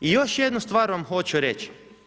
I još jednu stvar vam hoću reći.